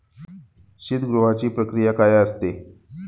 शीतगृहाची प्रक्रिया काय असते?